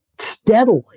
Steadily